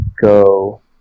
go